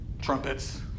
trumpets